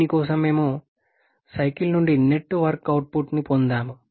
దీని కోసం మేము సైకిల్ నుండి నెట్ వర్క్ అవుట్పుట్ని పొందాము